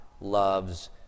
loves